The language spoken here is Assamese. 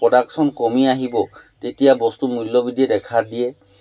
প্ৰডাকশ্যন কমি আহিব তেতিয়া বস্তু মূল্যবৃদ্ধিয়ে দেখা দিয়ে